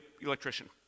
electrician